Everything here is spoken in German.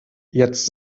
jetzt